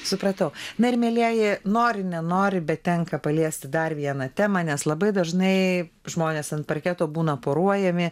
supratau na ir mielieji nori nenori bet tenka paliesti dar vieną temą nes labai dažnai žmonės ant parketo būna poruojami